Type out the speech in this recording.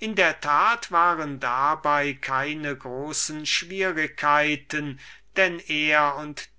in der tat waren dabei keine so große schwierigkeiten denn er und